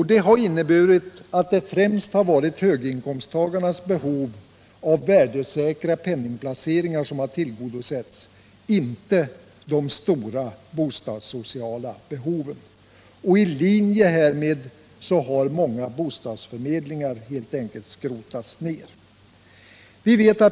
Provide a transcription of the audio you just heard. Det har inneburit att det främst varit höginkomsttagarnas behov av värdesäkra penningplaceringar som tillgodosetts —- inte de stora bostadssociala behoven. I linje härmed har många bostadsförmedlingar helt enkelt skrotats ned.